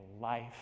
life